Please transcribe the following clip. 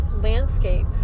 landscape